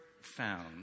found